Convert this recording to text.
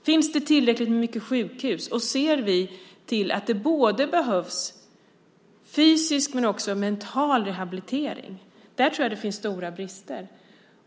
Finns det tillräckligt många sjukhus, och ser vi att det behövs fysisk men också mental rehabilitering? Där tror jag att det finns stora brister.